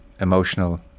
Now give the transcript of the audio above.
emotional